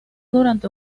durante